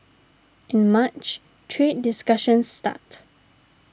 in March trade discussions start